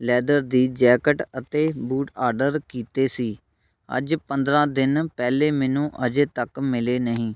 leather ਦੀ jacket ਅਤੇ boot order ਕੀਤੇ ਸੀ ਅੱਜ ਪੰਦਰਾਂ ਦਿਨ ਪਹਿਲੇ ਮੈਨੂੰ ਅਜੇ ਤੱਕ ਮਿਲੇ ਨਹੀਂ